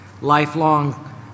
lifelong